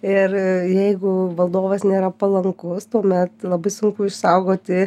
ir jeigu valdovas nėra palankus tuomet labai sunku išsaugoti